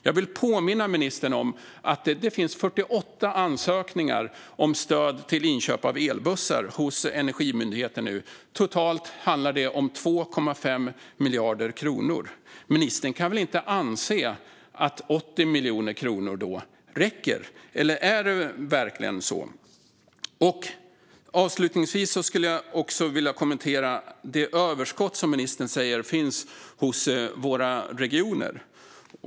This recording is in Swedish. Jag vill påminna ministern om att det nu finns 48 ansökningar om stöd till inköp av elbussar hos Energimyndigheten. Totalt handlar det om 2,5 miljarder kronor. Ministern kan väl då inte anse att 80 miljoner räcker, eller är det verkligen så? Avslutningsvis skulle jag vilja kommentera det överskott som ministern säger finns hos våra regioner.